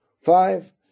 five